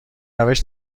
روش